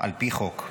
על פי חוק.